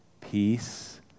peace